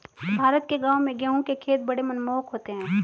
भारत के गांवों में गेहूं के खेत बड़े मनमोहक होते हैं